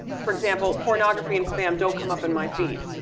for example, pornography and spam don't come up in my feed?